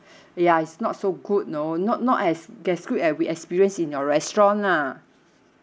ya it's not so good you know not not as as good as we experienced in your restaurant lah